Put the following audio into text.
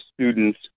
students